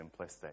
simplistic